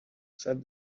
said